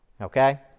okay